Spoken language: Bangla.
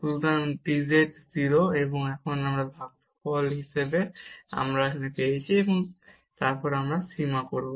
সুতরাং এই dz হল 0 এবং এখন এই ভাগফল এবং তারপর আমরা সীমা করব